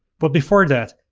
but before that,